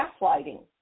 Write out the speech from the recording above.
gaslighting